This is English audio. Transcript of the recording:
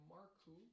Marku